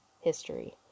history